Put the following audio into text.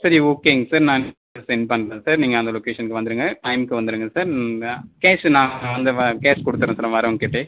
சரி ஓகேங்க சார் நான் லொக்கேஷன் செண்ட் பண்ணுறேன் சார் நீங்கள் அந்த லொக்கேஷனுக்கு வந்துடுங்க டைமுக்கு வந்துடுங்க சார் நான் கேஷ்ஸு நான் வந்து வ கேஷ் கொடுத்துட்றேன் வரவங்ககிட்டவே